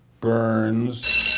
Burns